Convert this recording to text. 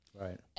Right